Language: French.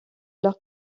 leur